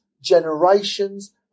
generations